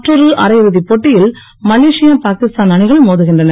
மற்றொரு அரைஇறுதிப் போட்டியில் மலேசியா பாகிஸ்தான் அணிகன் மோதுகின்றன